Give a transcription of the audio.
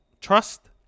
trust